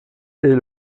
est